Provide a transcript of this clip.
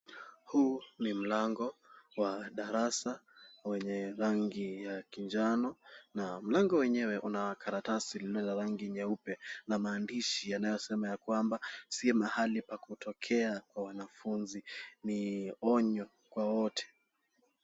Huu ni mlango wa darasa wenye rangi ya kinjano na mlango wenyewe una karatasi lililo la rangi nyeupe na maandishi yanayosema kwamba si mahali pa kutokea kwa wanafunzi , ni onyo kwa wote.